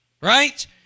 right